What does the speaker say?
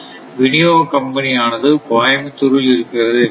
விநியோக கம்பெனி ஆனது கோயம்புத்தூரில் இருக்கிறது என்போம்